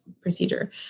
procedure